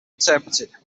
interpreted